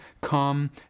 Come